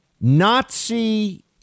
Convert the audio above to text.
Nazi